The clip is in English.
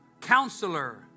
Counselor